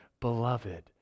beloved